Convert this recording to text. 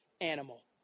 animal